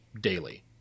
daily